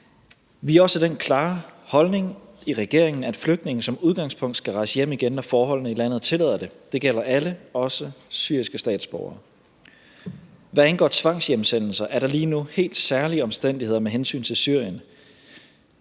Vi har også den klare holdning i regeringen, at flygtninge som udgangspunkt skal rejse hjem igen, når forholdene i landet tillader det. Det gælder alle, også syriske statsborgere. Hvad angår tvangshjemsendelser er der lige nu helt særlige omstændigheder med hensyn til Syrien.